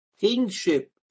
kingship